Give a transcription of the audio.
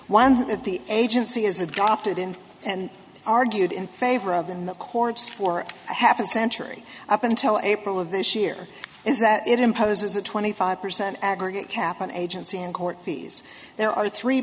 one that the agency is a gov't in and argued in favor of in the courts for half a century up until april of this year is that it imposes a twenty five percent aggregate cap on agency and court fees there are three